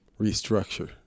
restructure